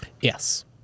Yes